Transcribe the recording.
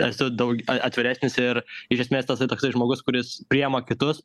esu daug atviresnis ir iš esmės tasai toksai žmogus kuris priima kitus